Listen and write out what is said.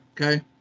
okay